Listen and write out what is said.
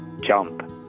jump